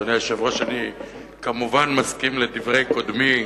אדוני היושב-ראש, אני כמובן מסכים לדברי קודמי.